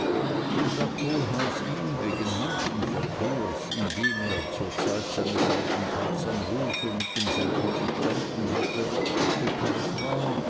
und da kohlhaas ihm wegen manchen verkehrs in dem er zur zeit seines aufenthalts am hofe mit demselben gestanden hatte bekannt war